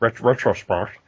retrospect